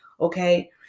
okay